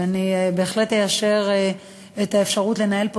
ואני בהחלט אאשר את האפשרות לנהל פה